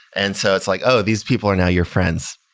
and so it's like, oh, these people are now your friends.